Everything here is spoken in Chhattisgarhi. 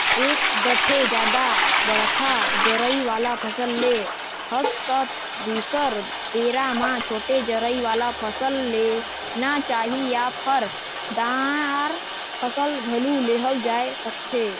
एक दफे जादा बड़का जरई वाला फसल ले हस त दुसर बेरा म छोटे जरई वाला फसल लेना चाही या फर, दार फसल घलो लेहल जाए सकथे